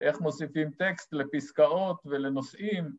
‫איך מוסיפים טקסט לפסקאות ולנושאים?